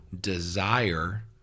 desire